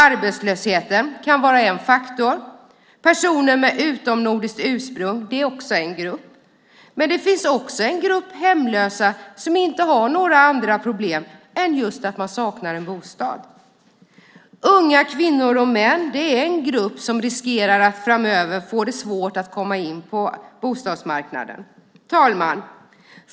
Arbetslösheten kan vara en faktor. Även personer med utomnordiskt ursprung är en grupp. Det finns också en grupp hemlösa som inte har några andra problem än just att de saknar en bostad. Unga kvinnor och män är en grupp som framöver riskerar att få det svårt att komma in på bostadsmarknaden. Herr talman!